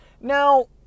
Now